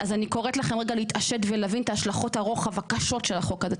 אז אני קוראת לכם רגע להתעשת ולהבין את השלכות הרוחב הקשות של החוק הזה.